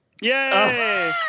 Yay